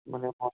মানে